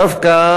דווקא